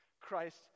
Christ